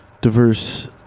diverse